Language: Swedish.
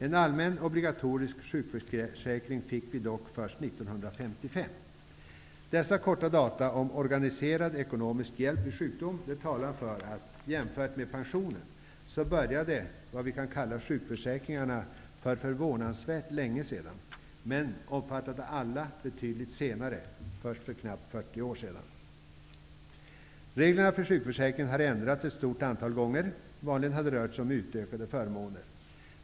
En allmän obligatorisk sjukförsäkring fick vi dock först 1955. Dessa korta data om organiserad ekonomisk hjälp vid sjukdom talar för att, jämfört med pensionen, vi började med ''sjukförsäkringar'' för förvånansvärt länge sedan. Försäkringen kom dock att omfatta alla människor betydligt senare, först för nästan 40 år sedan. Reglerna för sjukförsäkringen har ändrats ett stort antal gånger. Vanligen har det rört sig om utökade förmåner.